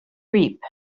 reap